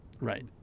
Right